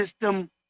system